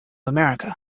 america